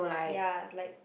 ya like